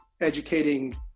educating